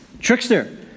trickster